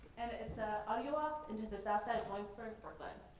and it's an audio walk into the southside williamsburg brooklyn.